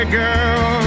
girl